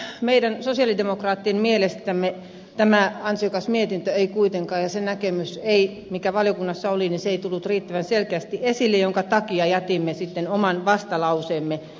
mutta meidän sosialidemokraattien mielestä tämä ansiokas mietintö ja se näkemys mikä valiokunnassa oli ei kuitenkaan tullut riittävän selkeästi esille minkä takia jätimme sitten oman vastalauseemme